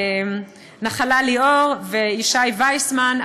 נחלה ליאור וישי וייסמן,